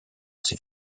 ces